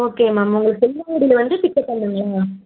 okay ma'am உங்களை கொல்லுமாங்குடியில் வந்து பிக்அப் பண்ணனும்ங்களா